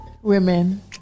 Women